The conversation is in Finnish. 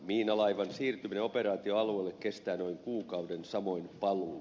miinalaivan siirtyminen operaatioalueelle kestää noin kuukauden samoin paluu